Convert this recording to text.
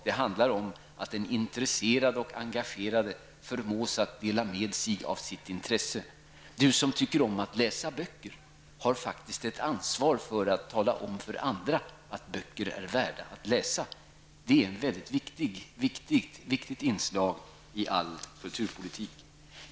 Det handlar om att den intresserade och engagerade förmås att dela med sig av sitt intresse. Du som tycker om att läsa böcker har faktiskt ett ansvar för att tala om för andra att böcker är värda att läsas! Det är ett väldigt viktigt inslag i all kulturpolitik.